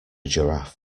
giraffe